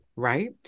Right